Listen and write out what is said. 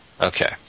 Okay